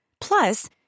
Plus